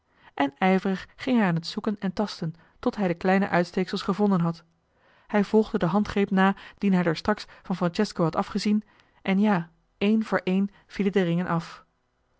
en ijverig ging hij aan t zoeken en tasten tot hij de kleine uitsteeksels gevonden had hij volgde den joh h been paddeltje de scheepsjongen van michiel de ruijter handgreep na dien hij daarstraks van francesco had afgezien en ja één voor één vielen de ringen af